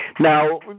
Now